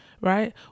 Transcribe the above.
right